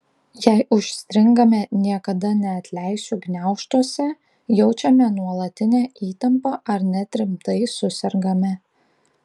jei užstringame niekada neatleisiu gniaužtuose jaučiame nuolatinę įtampą ar net rimtai susergame